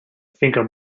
finger